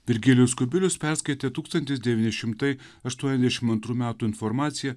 virgilijus kubilius perskaitė tūkstantis devyni šimtai aštuoniasdešim antrų metų informaciją